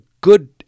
good